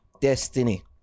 Destiny